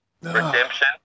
redemption